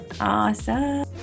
Awesome